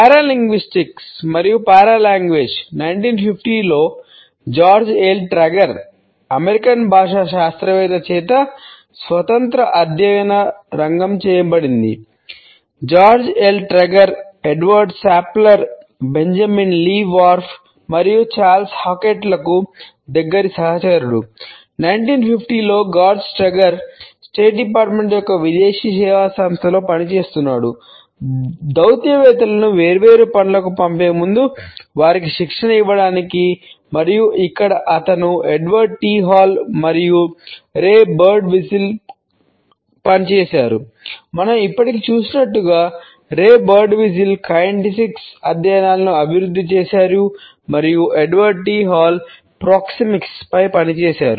paralinguistics పై పనిచేశారు